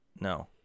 no